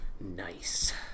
Nice